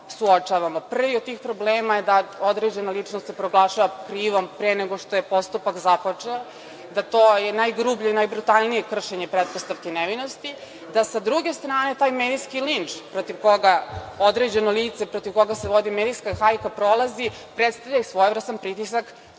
Prvi od tih problema, je da određene ličnosti proglašava krivom pre nego što je postupak započeo. Da je to najgrublje i najbrutalnije kršenje pretpostavki nevinosti, da sa druge strane taj medijski linč protiv koga određeno lice, protiv koga se vodi medijska hajka prolazi, predstavlja i svojevrsan pritisak